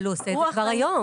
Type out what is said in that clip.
אבל הוא עושה את זה כבר היום.